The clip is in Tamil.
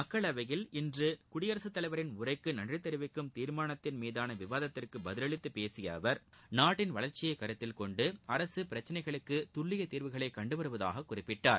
மக்களவையில் இன்று குடியரசுத் தலைவரின் உரைக்கு நன்றி தெரிவிக்கும் தீர்மானத்தின் மீதாள விவாதத்திற்குபதில் அளித்து பேசிய அவர் நாட்டின் வளர்ச்சியை கருத்தில் கொண்டு அரசு பிரச்சினைகளுக்கு துல்லிய தீர்வுகளை கண்டுவருவதாக குறிப்பிட்டார்